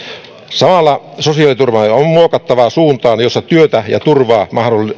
samalla sosiaaliturvaamme on muokattava suuntaan jossa työtä ja turvaa